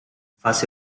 fase